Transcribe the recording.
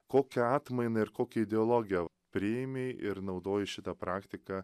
kokia atmainą ir kokią ideologiją priėmei ir naudoji šitą praktiką